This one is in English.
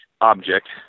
object